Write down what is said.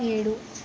ఏడు